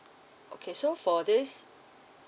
okay so for this